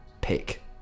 pick